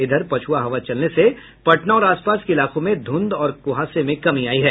इधर पछुआ हवा चलने से पटना और आसपास के इलाकों में धुंध और कुहासे में कमी आई है